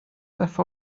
beth